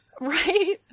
Right